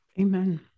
Amen